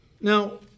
Now